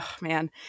Man